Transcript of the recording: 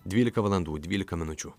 dvylika valandų dvylika minučių